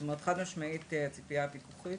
זאת אומרת חד משמעית הציפייה של הפיקוח היא